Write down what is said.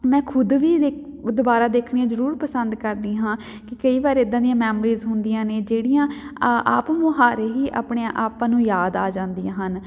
ਮੈਂ ਖੁਦ ਵੀ ਦੇਖ ਦੁਬਾਰਾ ਦੇਖਣੀਆਂ ਜ਼ਰੂਰ ਪਸੰਦ ਕਰਦੀ ਹਾਂ ਕਿ ਕਈ ਵਾਰ ਇੱਦਾਂ ਦੀਆਂ ਮੈਮਰੀਜ਼ ਹੁੰਦੀਆਂ ਨੇ ਜਿਹੜੀਆਂ ਆਪ ਮੁਹਾਰੇ ਹੀ ਆਪਣੇ ਆਪਾਂ ਨੂੰ ਯਾਦ ਆ ਜਾਂਦੀਆਂ ਹਨ